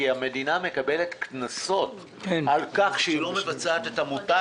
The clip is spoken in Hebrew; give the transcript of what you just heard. כי המדינה ומשרדי ממשלה מקבלים קנסות על כך שהם לא מבצעים את המוטל